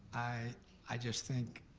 i just think